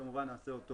כמובן נעשה זאת